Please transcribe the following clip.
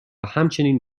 همچنین